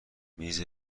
میز